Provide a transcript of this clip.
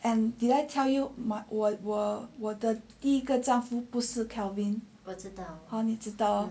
and did I tell you 我我我的第一个丈夫不是 kelvin 你知道 hor